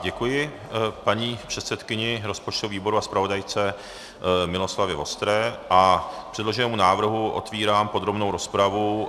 Děkuji paní předsedkyni rozpočtového výboru a zpravodajce Miroslavě Vostré a k předloženému návrhu otevírám podrobnou rozpravu.